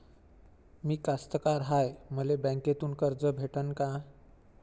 मी कास्तकार हाय, मले बँकेतून कर्ज भेटन का?